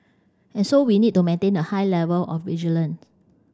and so we need to maintain a high level of vigilant